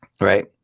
Right